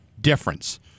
difference